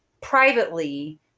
privately